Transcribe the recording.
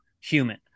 human